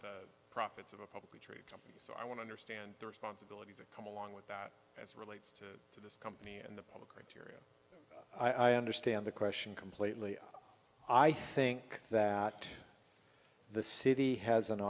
the profits of a company so i want to understand the responsibilities that come along with that as relates to this company and the public i understand the question completely i think that the city has an